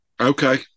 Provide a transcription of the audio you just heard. okay